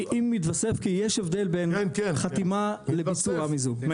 אם יתווסף, כי יש הבדל בין חתימה לביצוע מיזוג.